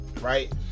right